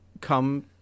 come